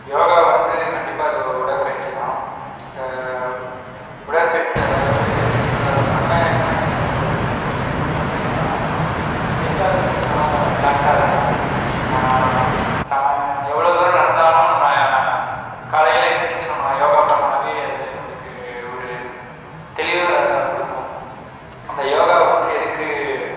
யோகா வந்து கண்டிப்பாக அது உடற்பயிற்சி தான் அந்த உடற்பயிற்சி அதாவது எப்படி சொல்வது அது நன்மையானா என்ன சொல்வது நன்மைனால் கை கால் வந்து நல்லா ரிலாக்ஸ்ஸாக இருக்கும் நம்ம எவ்வளோவு தூரம் நடந்தாலும் நம்ப காலையில் எந்திரிச்சு நம்ப யோகா பண்ணாலே அது நம்மளுக்கு ஒரு தெளிவை கொடுக்கும் அந்த யோகா வந்து எதுக்கு